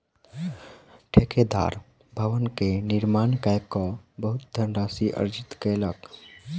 ठेकेदार भवन के निर्माण कय के बहुत धनराशि अर्जित कयलक